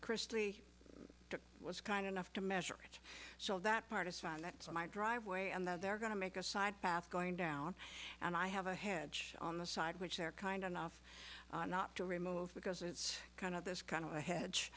kristie it was kind enough to measure it so that part is fine that's my driveway and that they're going to make a side path going down and i have a hedge on the side which they're kind enough not to remove because it's kind of this kind of a he